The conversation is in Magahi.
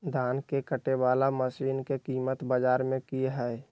धान के कटे बाला मसीन के कीमत बाजार में की हाय?